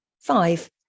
Five